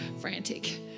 frantic